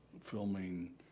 filming